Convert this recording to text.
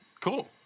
cool